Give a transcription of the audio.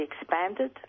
expanded